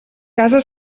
casa